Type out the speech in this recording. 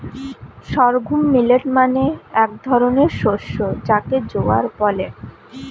sorghum millet মানে এক ধরনের শস্য যাকে জোয়ার বলে